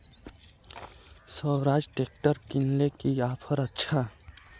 Swaraj tractor किनले की offer अच्छा?